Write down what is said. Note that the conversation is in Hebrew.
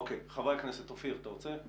אוקיי, חבר הכנסת אופיר, אתה רוצה?